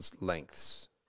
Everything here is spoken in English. lengths